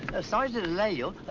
sorry to delay you,